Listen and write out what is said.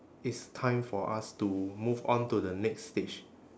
it's time for us to move on to the next stage